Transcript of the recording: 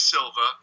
Silva